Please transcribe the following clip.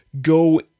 go